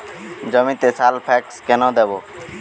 জমিতে সালফেক্স কেন দেবো?